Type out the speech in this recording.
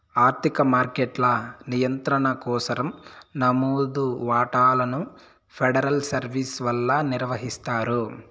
ఆర్థిక మార్కెట్ల నియంత్రణ కోసరం నమోదు వాటాలను ఫెడరల్ సర్వీస్ వల్ల నిర్వహిస్తారు